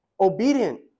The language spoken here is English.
obedient